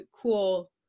cool